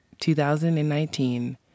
2019